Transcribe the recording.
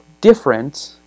different